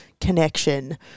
connection